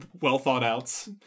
well-thought-out